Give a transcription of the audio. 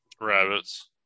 Rabbits